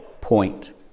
point